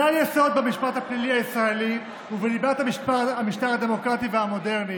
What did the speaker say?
כלל יסוד במשפט הפלילי הישראלי ובליבת המשטר הדמוקרטי והמודרני